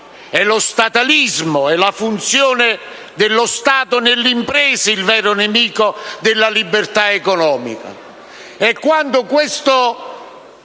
È lo statalismo, è la funzione dello Stato nell'impresa il vero nemico della libertà economica.